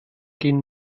gehen